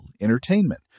entertainment